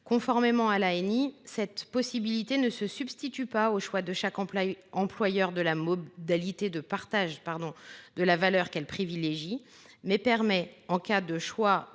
Conformément à l’ANI, cette possibilité ne se substitue pas au choix de chaque employeur de la modalité de partage de la valeur qu’il privilégie, mais permet, en cas de choix